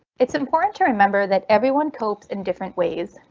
it's important to remember that everyone copes in different ways.